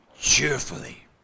cheerfully